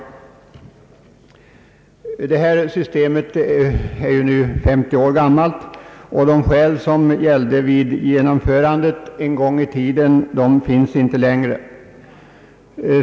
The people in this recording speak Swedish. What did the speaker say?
Systemet med dyrortsgruppering är 50 år gammalt, och de skäl som gällde vid genomförandet av systemet en gång i tiden finns inte längre.